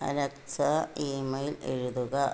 Alexa email എഴുതുക